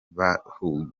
bahuguwe